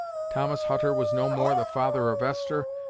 thomas hutter was no more the father of esther,